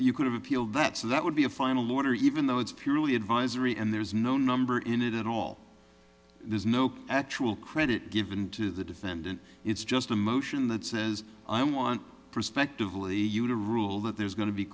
you could have appealed that so that would be a final order even though it's purely advisory and there's no number in it at all there's no actual credit given to the defendant it's just a motion that says i want prospectively yuna rule that there's go